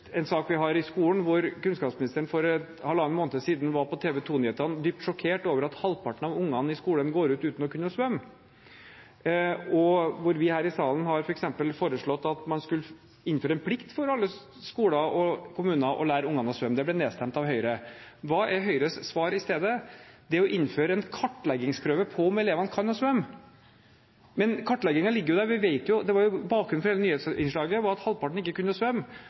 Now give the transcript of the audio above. en sak vi har i skolen, hvor kunnskapsministeren for halvannen måned siden var på TV 2-nyhetene, dypt sjokkert over at halvparten av ungene i skolen går ut uten å kunne svømme, og hvor vi her i salen f.eks. har foreslått at man skulle innføre en plikt for alle skoler og kommuner til å lære ungene å svømme. Det ble nedstemt av Høyre. Hva er Høyres svar i stedet? Jo, å innføre en kartleggingsprøve på om elevene kan svømme. Men kartleggingen ligger jo der. Bakgrunnen for hele nyhetsinnslaget var at halvparten ikke kunne svømme,